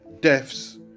deaths